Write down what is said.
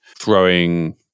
throwing